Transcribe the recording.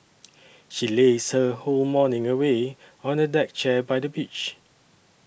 she lazed her whole morning away on a deck chair by the beach